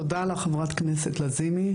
תודה לך חברת הכנסת לזימי.